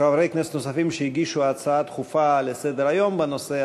מכיוון ששני חברי כנסת נוספים הגישו הצעה דחופה לסדר-היום בנושא,